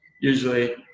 usually